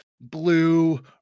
blue